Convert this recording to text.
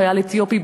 חייל אתיופי,